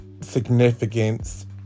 significance